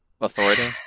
Authority